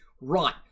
right